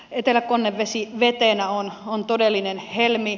etelä konnevesi vetenä on todellinen helmi